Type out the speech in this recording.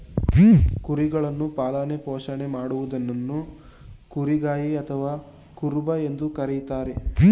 ಕುರಿಗಳನ್ನು ಪಾಲನೆ ಪೋಷಣೆ ಮಾಡುವವನನ್ನು ಕುರಿಗಾಯಿ ಅಥವಾ ಕುರುಬ ಎಂದು ಕರಿತಾರೆ